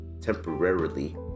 temporarily